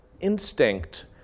instinct